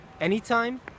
anytime